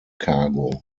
cargo